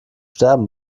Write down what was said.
sterben